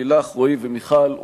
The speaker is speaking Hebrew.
לילך רועי ומיכל,